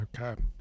Okay